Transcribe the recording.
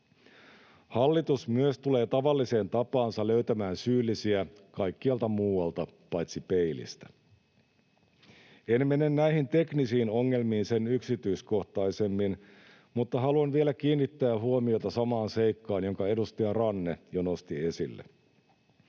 Hallitus myös tulee tavalliseen tapaansa löytämään syyllisiä kaikkialta muualta paitsi peilistä. En mene näihin teknisiin ongelmiin sen yksityiskohtaisemmin, mutta haluan vielä kiinnittää huomiota samaan seikkaan, jonka edustaja Ranne jo nosti esille.